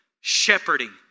shepherding